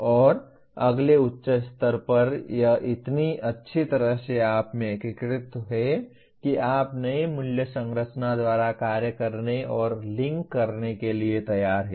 और अगले उच्च स्तर पर यह इतनी अच्छी तरह से आप में एकीकृत है कि आप नए मूल्य संरचना द्वारा कार्य करने और लिंक करने के लिए तैयार हैं